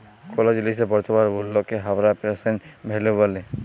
কোলো জিলিসের বর্তমান মুল্লকে হামরা প্রেসেন্ট ভ্যালু ব্যলি